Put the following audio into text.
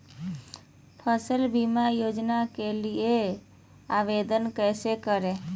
फसल बीमा योजना के लिए आवेदन कैसे करें?